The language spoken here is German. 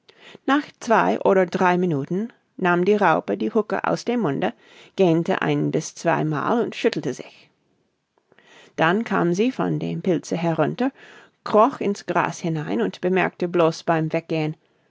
nach zwei oder drei minuten nahm die raupe die huhka aus dem munde gähnte ein bis zwei mal und schüttelte sich dann kam sie von dem pilze herunter kroch in's gras hinein und bemerkte blos bei'm weggehen